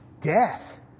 death